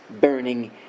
burning